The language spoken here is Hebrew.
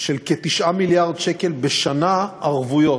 של כ-9 מיליארד שקל בשנה, ערבויות.